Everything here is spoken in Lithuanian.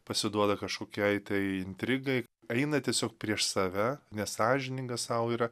pasiduoda kažkokiai tai intrigai eina tiesiog prieš save nesąžiningas sau yra